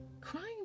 Crying